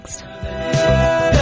next